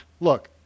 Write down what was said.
look